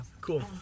cool